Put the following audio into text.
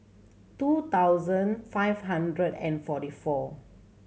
two thousand five hundred and forty four